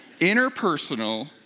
interpersonal